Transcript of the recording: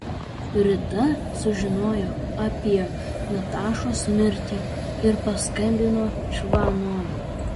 rita sužinojo apie natašos mirtį ir paskambino čvanovui